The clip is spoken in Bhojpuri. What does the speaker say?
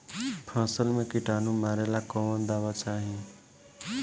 फसल में किटानु मारेला कौन दावा चाही?